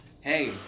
hey